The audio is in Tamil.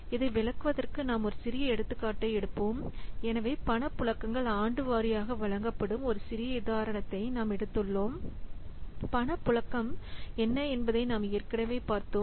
இதை விளக்குவதற்கு நாம் ஒரு சிறிய எடுத்துக்காட்டை எடுப்போம் பணப்புழக்கங்கள் ஆண்டு வாரியாக வழங்கப்படும் ஒரு சிறிய உதாரணத்தை நாம் எடுத்துள்ளோம் பணப்புழக்கம் என்ன என்பதை நாம் ஏற்கனவே பார்த்தோம்